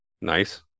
Nice